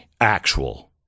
actual